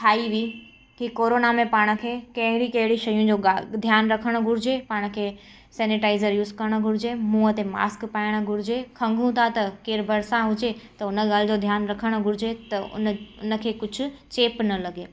ठाही हुई की कोरोना में पाण खे कहिड़ी कहिड़ी शयुनि जो ग ध्यानु रखणु घुरिजे पाण खे सेनीटाइज़र यूज करणु घुरिजे मुंह ते मास्क पाइणु घुरिजे खंगू था त केरु भरसां हुजे त उन ॻाल्हि जो ध्यानु रखणु घुरिजे त उन उन खे कुझु चेप न लॻे